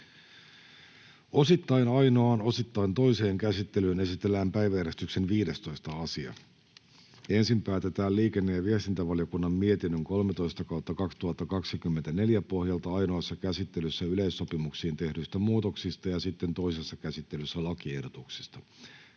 Osittain ainoaan, osittain toiseen käsittelyyn esitellään päiväjärjestyksen 15. asia. Ensin päätetään liikenne‑ ja viestintävaliokunnan mietinnön LiVM 13/2024 vp pohjalta ainoassa käsittelyssä yleissopimuksiin tehdyistä muutoksista ja sitten toisessa käsittelyssä lakiehdotuksista.